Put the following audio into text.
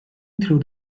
through